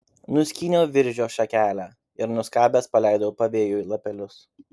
nuskyniau viržio šakelę ir nuskabęs paleidau pavėjui lapelius